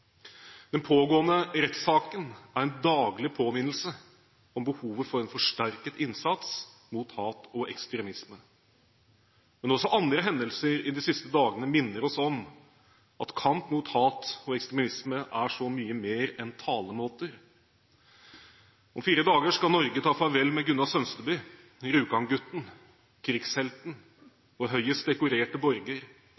Den pågående rettssaken er en daglig påminnelse om behovet for en forsterket innsats mot hat og ekstremisme. Men også andre hendelser i de siste dagene minner oss om at kamp mot hat og ekstremisme er så mye mer enn talemåter. Om fire dager skal Norge ta farvel med Gunnar Sønsteby, Rjukan-gutten, krigshelten,